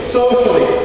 socially